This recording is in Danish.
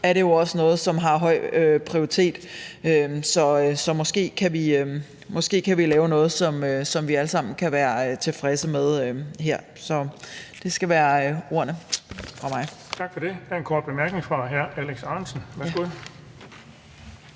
er det jo også noget, som har høj prioritet, så måske kan vi lave noget, som vi alle sammen kan være tilfredse med her. Det skal være ordene fra mig. Kl. 20:53 Den fg. formand (Erling Bonnesen): Tak for det. Der er en kort bemærkning fra hr. Alex Ahrendtsen. Værsgo.